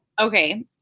okay